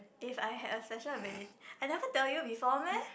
if I have special ability I never tell you before meh